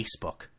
Facebook